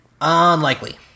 Unlikely